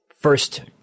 first